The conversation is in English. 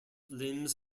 limbs